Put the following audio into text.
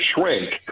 shrink